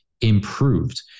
improved